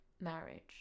Marriage